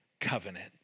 Covenant